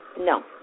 No